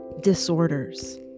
disorders